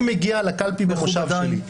לא מדובר במספר רב.